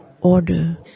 order